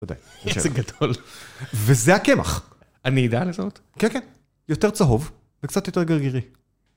תודה. יצא גדול. וזה הקמח. אני אדע לזהות? כן, כן. יותר צהוב וקצת יותר גרגירי.